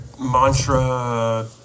mantra